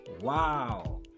Wow